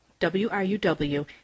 WRUW